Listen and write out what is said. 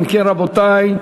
אם כן, רבותי,